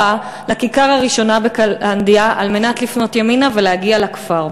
לכיכר הראשונה בקלנדיה על מנת לפנות ימינה ולהגיע לכפר.